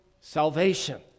salvation